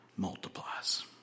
Multiplies